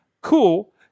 cool